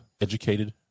educated